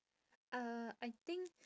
uh I think